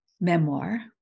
memoir